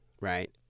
right